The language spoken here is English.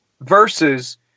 Versus